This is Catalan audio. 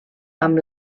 amb